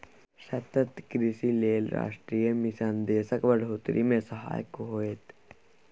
सतत कृषिक लेल राष्ट्रीय मिशन देशक बढ़ोतरी मे सहायक होएत